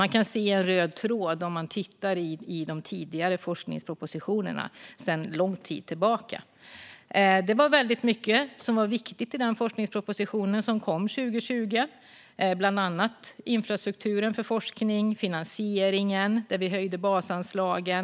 Man kan se en röd tråd om man tittar i de tidigare forskningspropositionerna sedan lång tid tillbaka. Det var väldigt mycket som var viktigt i den forskningsproposition som kom 2020, bland annat infrastrukturen för forskning och finansieringen, där vi höjde basanslagen.